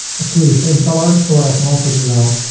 actually the same color. so what i can also do now,